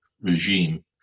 regime